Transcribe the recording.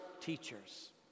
teachers